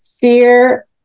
Fear